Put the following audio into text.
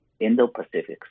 Indo-Pacific